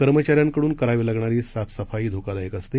कर्मचाऱ्यांकडुन करावी लागणारी साफ सफाई धोकादायक असते